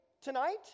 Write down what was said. tonight